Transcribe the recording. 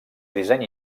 disseny